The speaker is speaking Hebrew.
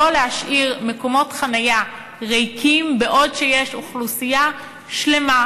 לא להשאיר מקומות חניה ריקים בעוד אוכלוסייה שלמה,